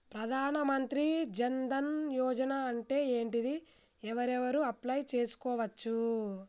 ప్రధాన మంత్రి జన్ ధన్ యోజన అంటే ఏంటిది? ఎవరెవరు అప్లయ్ చేస్కోవచ్చు?